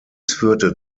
führte